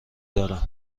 دارم